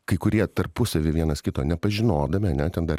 kai kurie tarpusavyj vienas kito nepažinodami ane ten dar